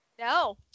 No